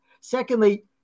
Secondly